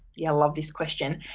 yeah, i love this question.